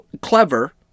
clever